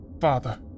Father